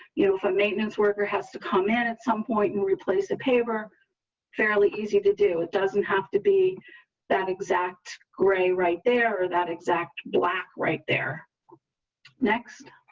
you know, for maintenance worker has to come in at some point and replace the paper fairly easy to do. it doesn't have to be that exact gray right there that exact black right there next